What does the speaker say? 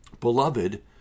Beloved